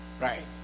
right